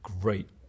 great